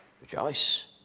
Rejoice